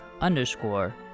underscore